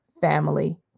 family